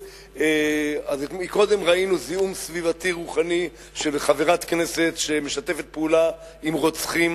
אז קודם ראינו זיהום סביבתי רוחני של חברת כנסת שמשתפת פעולה עם רוצחים,